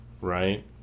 right